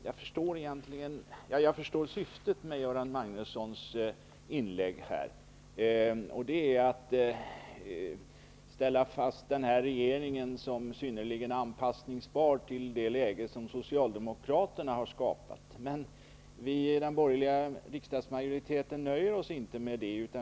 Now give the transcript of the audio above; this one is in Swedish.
Jag förstår syftet med Göran Magnussons inlägg, nämligen att få den här regeringen att framstå som synnerligen anpassningsbar till det läge som Socialdemkraterna har skapat. Men vi i den borgerliga riksdagsmajoriteten nöjer oss inte med detta.